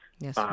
Yes